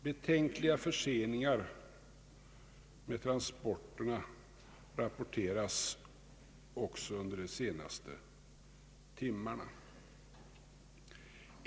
Betänkliga förseningar av transporterna rapporteras också under de senaste timmarna.